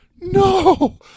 no